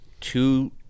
two